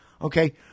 okay